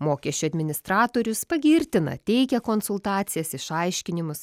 mokesčių administratorius pagirtina teikia konsultacijas išaiškinimus